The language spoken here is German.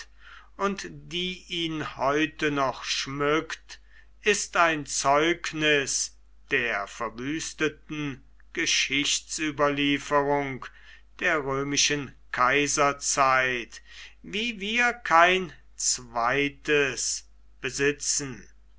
und die ihn heute noch schmückt ist ein zeugnis der verwüsteten geschichtsüberlieferung der römischen kaiserzeit wie wir kein zweites besitzen